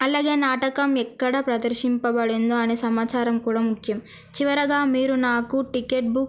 అలాగే నాటకం ఎక్కడ ప్రదర్శింపబడిందో అనే సమాచారం కూడా ముఖ్యం చివరగా మీరు నాకు టిక్కెట్ బుక్